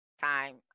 time